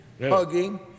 hugging